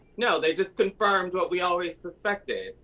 no, they just confirmed what we always suspected,